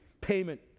payment